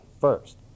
first